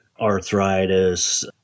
arthritis